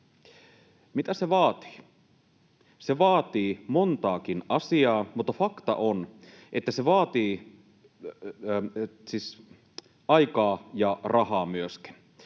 Mitä se vaatii? Se vaatii montaakin asiaa, mutta fakta on, että se vaatii aikaa ja rahaa myöskin.